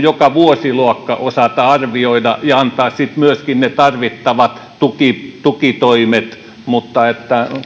joka vuosiluokalla osata arvioida ja antaa sitten myöskin ne tarvittavat tukitoimet tukitoimet mutta